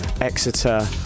Exeter